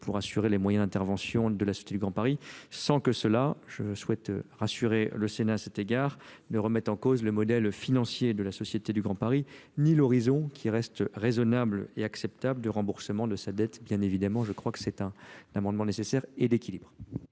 pour assurer les moyens d'intervention de la Cité du Grand Paris sans que cela, je souhaite rassurer le Sénat à cet égard ne remet en cause le modèle financier de la société du Grand Paris. Nii l'horizon qui reste raisonnable et acceptable du remboursement de sa dette Bien évidemment, je crois que c'est un amendement nécessaire et d'équilibre.